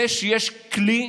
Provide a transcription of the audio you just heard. זה שיש כלי,